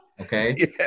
Okay